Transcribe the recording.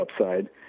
upside